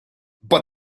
but